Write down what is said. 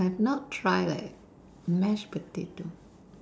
I have not try leh mashed potato